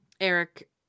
Eric